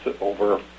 over